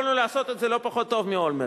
יכולנו לעשות את זה לא פחות טוב מאולמרט,